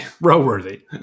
Row-worthy